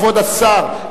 כבוד השר,